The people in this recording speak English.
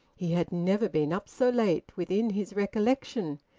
he had never been up so late, within his recollection,